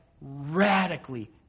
radically